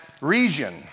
region